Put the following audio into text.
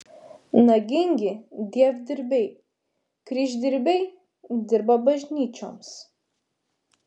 nagingi dievdirbiai kryždirbiai dirba bažnyčioms